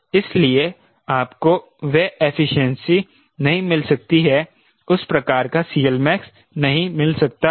इसलिए आपको वह एफिशिएंसी नहीं मिल सकती है उस प्रकार का CLmax नहीं मिल सकता है